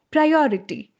Priority